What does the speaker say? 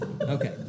Okay